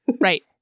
Right